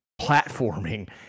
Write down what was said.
platforming